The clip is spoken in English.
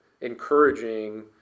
encouraging